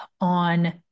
on